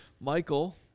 Michael